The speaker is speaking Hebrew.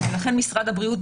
לכן משרד הבריאות,